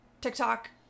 TikTok